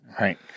Right